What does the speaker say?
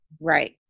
Right